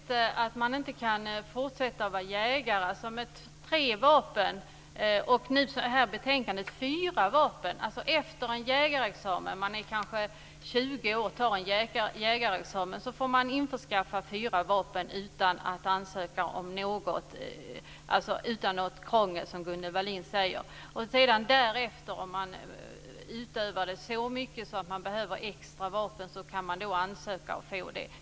Herr talman! Det handlar inte på något sätt om att man inte kan fortsätta att vara jägare med tre vapen. I betänkandet handlar det dessutom om fyra vapen. Man är kanske 20 år när man tar jägarexamen. Efter det får man alltså införskaffa fyra vapen utan något krångel, som Gunnel Wallin säger. Om man utövar jakt så mycket att man behöver extra vapen kan man ansöka om och få det.